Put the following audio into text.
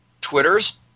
Twitter's